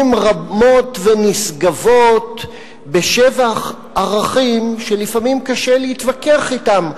רבות ונשגבות בשבח ערכים שלפעמים קשה להתווכח אתם,